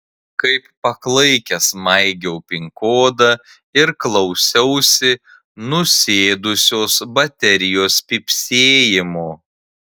kaip paklaikęs maigiau pin kodą ir klausiausi nusėdusios baterijos pypsėjimo